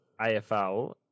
AFL